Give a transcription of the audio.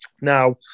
Now